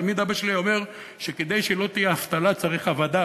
תמיד אבא שלי היה אומר שכדי שלא תהיה אבטלה צריך עבָדה.